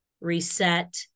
reset